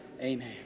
amen